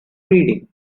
reading